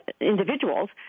individuals